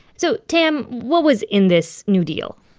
so tam, what was in this new deal?